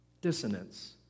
Dissonance